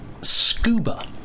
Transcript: scuba